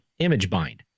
ImageBind